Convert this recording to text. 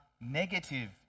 negative